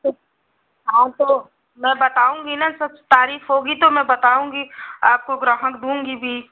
तो हाँ तो मैं बताऊँगी न सब तारीख होगी तो मैं बताऊँगी आपको ग्राहक दूँगी भी